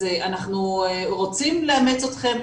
אז אנחנו רוצים לאמץ אתכם,